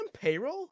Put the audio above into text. payroll